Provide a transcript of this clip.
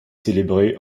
célébrée